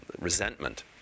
resentment